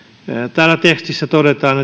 täällä tekstissä todetaan